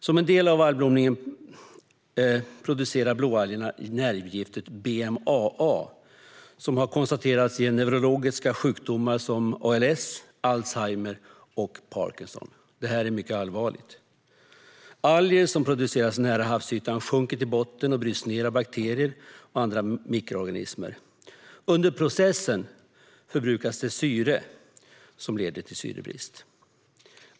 Som en del av algblomningen producerar blåalger nervgiftet BMAA, som har konstaterats ge neurologiska sjukdomar som ALS, alzheimer och parkinson, vilket är mycket allvarligt. Alger som produceras nära havsytan sjunker till botten och bryts ned av bakterier och andra mikroorganismer. Under processen förbrukas syre, vilket leder till syrebrist.